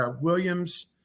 Williams